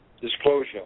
Disclosure